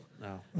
No